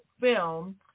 film